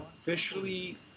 officially